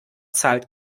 zahlt